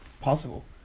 possible